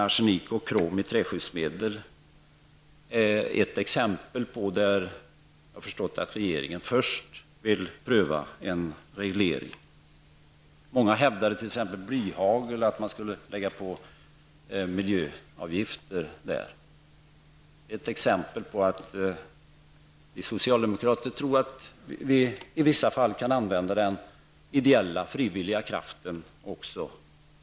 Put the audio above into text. Arsenik och krom i träskyddsmedel är ett exempel på, har jag förstått, att regeringen först vill pröva en reglering. Många hävdar att det borde läggas miljöavgift på exempelvis blyhagel. Vi socialdemokrater tror att man i vissa fall kan lita till ideella frivilliga krafter.